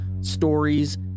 stories